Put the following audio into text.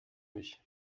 mich